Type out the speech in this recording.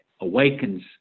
awakens